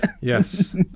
Yes